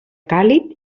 càlid